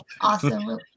Awesome